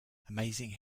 amazing